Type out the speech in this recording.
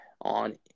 on